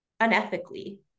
unethically